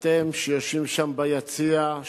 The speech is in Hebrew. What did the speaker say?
אתם שיושבים שם ביציע,